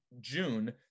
June